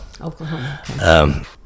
Oklahoma